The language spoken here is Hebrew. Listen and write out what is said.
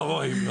לא רואים.